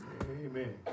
Amen